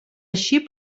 així